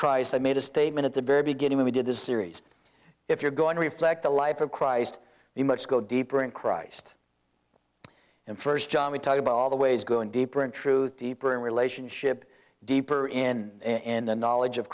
christ i made a statement at the very beginning we did this series if you're going to reflect the life of christ the much go deeper in christ and first john we talk about all the ways going deeper in truth deeper in relationship deeper in in the knowledge of